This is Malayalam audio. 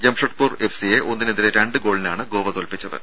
ജംഷധ്പൂർ എഫ്സി യെ ഒന്നിനെതിരെ രണ്ട് ഗോളിനാണ് ഗോവ തോൽപ്പിച്ചത്